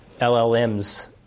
LLMs